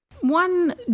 One